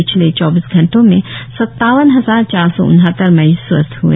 पिछले चौबीस घंटों में सत्तावन हजार चार सौ उनहत्तर मरीज स्वस्थ हए